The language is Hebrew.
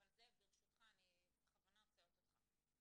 -- כן, אבל זאב, ברשותך, אני בכוונה עוצרת אותך.